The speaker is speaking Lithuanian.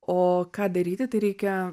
o ką daryti tai reikia